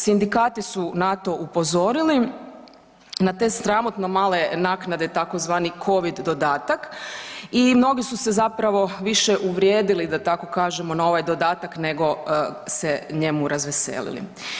Sindikati su na to upozorili, na te sramotno male naknade tzv. covid dodatak i mnogi su se zapravo više uvrijedili da tako kažemo na ovaj dodatak nego se njemu razveselili.